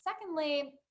Secondly